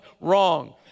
wrong